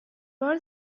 بار